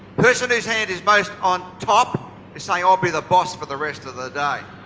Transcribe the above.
person's whose hand is most on top is saying i'll be the boss for the rest of the day.